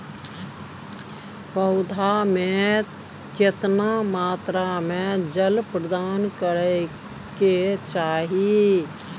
पौधा में केतना मात्रा में जल प्रदान करै के चाही?